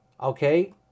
Okay